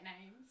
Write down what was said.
names